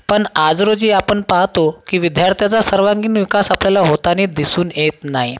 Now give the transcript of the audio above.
पण आज रोजी आपण पाहतो की विद्यार्थ्याचा सर्वांगीण विकास आपल्याला होतानी दिसून येत नाही